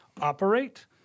operate